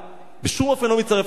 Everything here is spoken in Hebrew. בשום אופן לא מצטרף למקהלה,